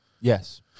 Yes